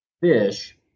fish